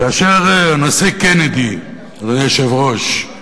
כאשר הנשיא קנדי, אדוני היושב-ראש,